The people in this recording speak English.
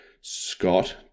Scott